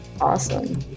Awesome